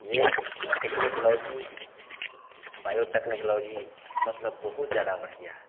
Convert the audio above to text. यह technology biotechnology मतलब बहुत ज़्यादा बढ़ गया है